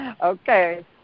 Okay